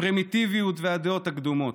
הפרימיטיביות והדעות הקדומות.